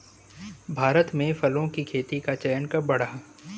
भारत में फलों की खेती का चलन कब बढ़ा?